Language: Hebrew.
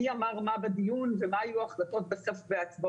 מי אמר מה בדיון ומה היו ההחלטות בהצבעות.